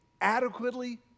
adequately